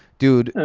dude,